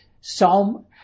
Psalm